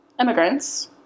immigrants